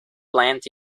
plant